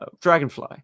Dragonfly